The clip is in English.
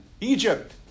Egypt